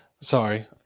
sorry